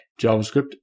JavaScript